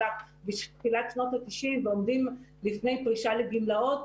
בתחילת שנות ה-90 ועומדים בפני פרישה לגמלאות,